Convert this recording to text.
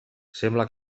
sembla